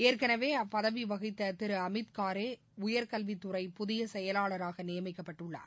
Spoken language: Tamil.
ஏற்கனவே அப்பதவி வகித்த திரு அமித் காரே உயர்கல்வித்துறை புதிய செயலாளராக நியமிக்கப்பட்டுள்ளார்